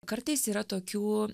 kartais yra tokių